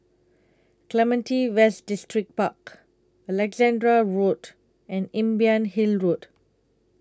Clementi West Distripark Alexandra Road and Imbiah Hill Road